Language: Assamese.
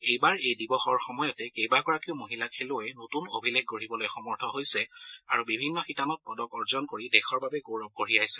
এইবাৰ এই দিৱসৰ সময়তে কেইবাগৰাকীও মহিলা খেলুৱৈয়ে নতুন অভিলেখ গঢ়িবলৈ সমৰ্থ হৈছে আৰু বিভিন্ন শিতানত পদক অৰ্জন কৰি দেশৰ বাবে গৌৰৱ কঢ়িয়াইছে